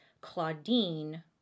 Claudine